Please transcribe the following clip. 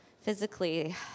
physically